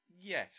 Yes